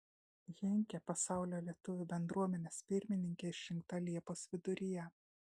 henkė pasaulio lietuvių bendruomenės pirmininke išrinkta liepos viduryje